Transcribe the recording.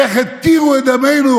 איך התירו את דמנו,